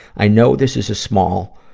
i know this is a small,